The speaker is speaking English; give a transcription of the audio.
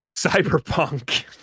Cyberpunk